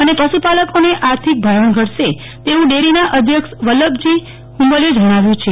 અને પશુપાલકો ને આર્થિક ભારણ ઘટશે તેવું ડેરીના અધ્યક્ષ વાલમજી હુંબલે જણાવ્યું છે